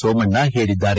ಸೋಮಣ್ಣ ಹೇಳಿದ್ದಾರೆ